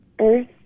Earth